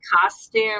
costume